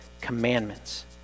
commandments